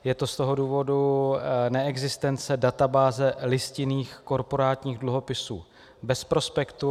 Je to z důvodu neexistence databáze listinných korporátních dluhopisů bez prospektu.